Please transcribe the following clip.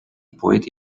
poeti